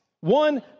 One